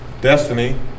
Destiny